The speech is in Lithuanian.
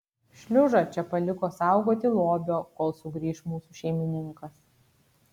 šliužą čia paliko saugoti lobio kol sugrįš mūsų šeimininkas